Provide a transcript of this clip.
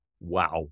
Wow